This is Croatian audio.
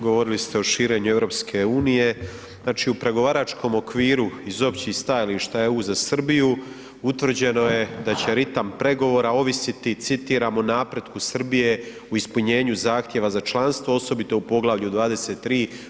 Govorili ste o širenju EU, znači u pregovaračkom okviru iz općih stajališta EU za Srbiju utvrđeno je da će ritam pregovora ovisiti citiram „u napretku Srbije u ispunjenju zahtjeva za članstvo osobito u poglavlju 23.